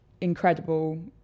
incredible